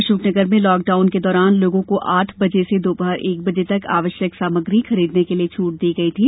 अशोकनगर में लॉकडाउन के दौरान लोगों को आठ बजे से दोपहर बजे तक आवश्यक सामग्री खरीदने के लिए छूट दी गई थी